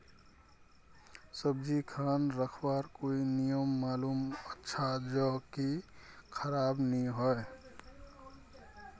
सब्जी खान रखवार कोई नियम मालूम अच्छा ज की खराब नि होय?